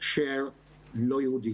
הקשר לא יהודי.